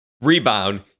rebound